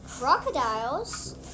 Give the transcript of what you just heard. crocodiles